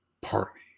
party